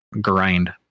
grind